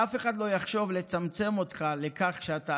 שאף אחד לא יחשוב לצמצם אותך לכך שאתה